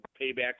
payback